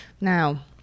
now